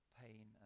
pain